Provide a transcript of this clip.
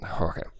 Okay